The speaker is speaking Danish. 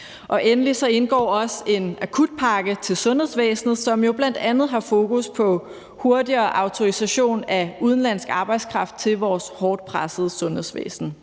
Endelig indgår også en akutpakke til sundhedsvæsenet, som jo bl.a. har fokus på hurtigere autorisation af udenlandsk arbejdskraft til vores hårdt pressede sundhedsvæsen.